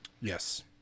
Yes